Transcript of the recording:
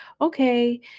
okay